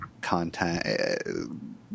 content –